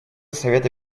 совета